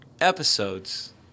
episodes